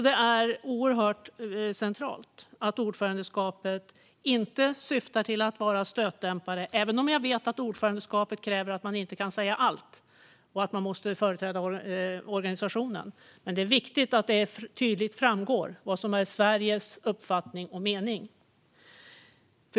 Det är oerhört centralt att ordförandeskapet inte syftar till att vara stötdämpare, även om jag vet att rollen som ordförande kräver att man inte kan säga allt och att man måste företräda organisationen. Men det är viktigt att det tydligt framgår vad som är Sveriges uppfattning.